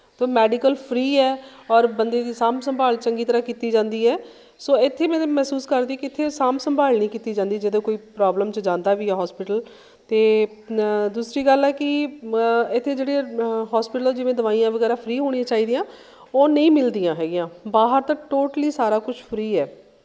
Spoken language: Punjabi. ਅਤੇ ਮੈਡੀਕਲ ਫ੍ਰੀ ਹੈ ਔਰ ਬੰਦੇ ਦੀ ਸਾਂਭ ਸੰਭਾਲ ਚੰਗੀ ਤਰ੍ਹਾਂ ਕੀਤੀ ਜਾਂਦੀ ਹੈ ਸੋ ਇੱਥੇ ਮੈਂ ਤਾਂ ਮਹਿਸੂਸ ਕਰਦੀ ਇੱਥੇ ਸਾਂਭ ਸੰਭਾਲ ਨਹੀਂ ਕੀਤੀ ਜਾਂਦੀ ਜਦੋਂ ਕੋਈ ਪ੍ਰੋਬਲਮ 'ਚ ਜਾਂਦਾ ਵੀ ਆ ਹੋਸਪਿਟਲ ਅਤੇ ਦੂਸਰੀ ਗੱਲ ਹੈ ਕਿ ਮ ਇੱਥੇ ਜਿਹੜੇ ਹੋਸਪਿਟਲ ਆ ਜਿਵੇਂ ਦਵਾਈਆਂ ਵਗੈਰਾ ਫ੍ਰੀ ਹੋਣੀਆਂ ਚਾਹੀਦੀਆਂ ਉਹ ਨਹੀਂ ਮਿਲਦੀਆਂ ਹੈਗੀਆਂ ਬਾਹਰ ਤਾਂ ਟੋਟਲੀ ਸਾਰਾ ਕੁਛ ਫ੍ਰੀ ਹੈ